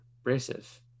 abrasive